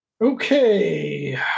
Okay